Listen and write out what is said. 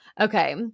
Okay